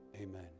amen